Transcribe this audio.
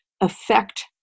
affect